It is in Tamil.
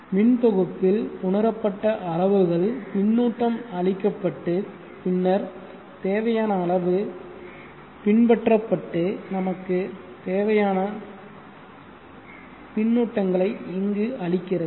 மின்தொகுப்பில் உணரப்பட்ட அளவுகள் பின்னூட்டம் அளிக்கப்பட்டு பின்னர் தேவையான அளவு பின்பற்றப்பட்டு நமக்கு தேவையான பின்னூட்டங்களை இங்கு அளிக்கிறது